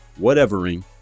whatevering